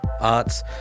arts